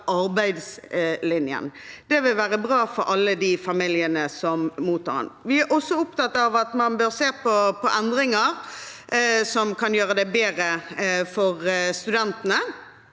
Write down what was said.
arbeidslinjen. Det vil være bra for alle de familiene som mottar den. Vi er også opptatt av at man bør se på endringer som kan gjøre det bedre for studentene,